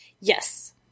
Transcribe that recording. Yes